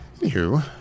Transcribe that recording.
Anywho